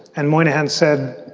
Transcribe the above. and moynihan said,